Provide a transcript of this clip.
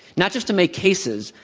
not just to make cases,